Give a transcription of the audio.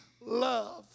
love